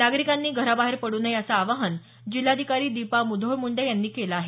नागरिकांनी घराबाहेर पडू नये असं आवाहन जिल्हाधिकारी दिपा मुधोळ मुंडे यांनी केलं आहे